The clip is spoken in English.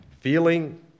feeling